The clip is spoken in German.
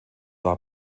war